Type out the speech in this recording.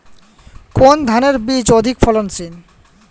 কোন ধানের বীজ অধিক ফলনশীল?